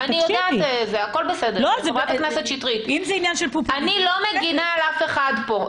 אם זה עניין של פופוליזם --- אני לא מגנה על אף אחד פה,